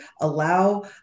allow